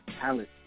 talent